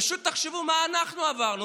פשוט תחשבו מה אנחנו עברנו,